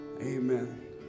amen